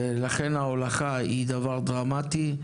ולכן ההולכה היא דבר דרמטי.